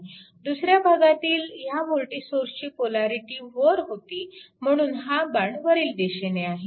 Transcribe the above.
आणि दुसऱ्या भागातील ह्या वोल्टेज सोर्सची पोलॅरिटी वर होती म्हणून हा बाण वरील दिशेने आहे